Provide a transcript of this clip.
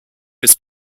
this